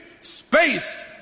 space